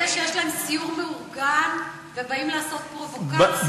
אלה שיש להם סיור מאורגן ובאים לעשות פרובוקציות?